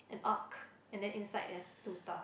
an ark and then inside there's two stars